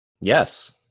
Yes